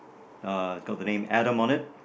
uh got the name Adam on it